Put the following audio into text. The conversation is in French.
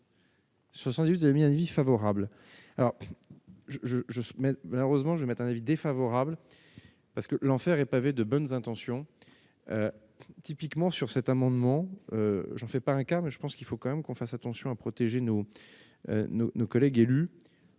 68, vous avez mis un avis favorable alors je, je, mais 20 heureusement je mettrais un avis défavorable, parce que l'enfer est pavé de bonnes intentions, typiquement sur cet amendement, je ne fais pas un cas mais je pense qu'il faut quand même qu'on fasse attention à protéger, nous nous nos